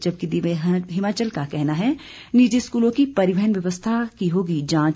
जबकि दिव्य हिमाचल का कहना है निजी स्कूलों की परिवहन व्यवस्था की होगी जांच